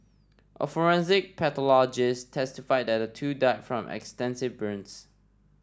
a forensic pathologist testified that the two died from extensive burns